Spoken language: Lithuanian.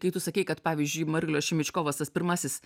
kai tu sakei kad pavyzdžiui marlio šimičkovos tas pirmasis